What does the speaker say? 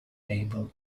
able